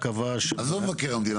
עזוב מבקר המדינה.